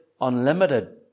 unlimited